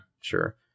sure